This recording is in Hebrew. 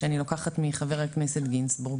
שאני לוקחת מח"כ גינזבורג.